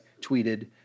tweeted